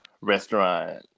restaurant